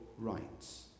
rights